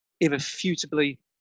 irrefutably